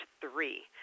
three